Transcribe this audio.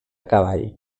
cavall